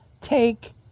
take